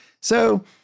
So-